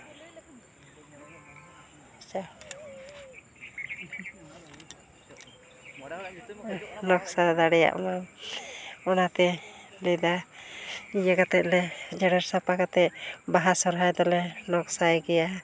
ᱱᱚᱠᱥᱟ ᱫᱟᱲᱮᱭᱟᱜ ᱢᱟ ᱚᱱᱟᱛᱮ ᱞᱟᱹᱭᱫᱟ ᱤᱭᱟᱹ ᱠᱟᱛᱮᱫ ᱞᱮ ᱡᱮᱨᱮᱲ ᱥᱟᱯᱟ ᱠᱟᱛᱮᱫ ᱵᱟᱦᱟ ᱥᱚᱨᱦᱟᱭ ᱫᱚᱞᱮ ᱱᱚᱠᱥᱟᱭ ᱜᱮᱭᱟ